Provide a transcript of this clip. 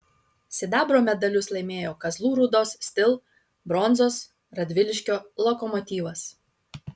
sidabro medalius laimėjo kazlų rūdos stihl bronzos radviliškio lokomotyvas